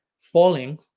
falling